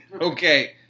okay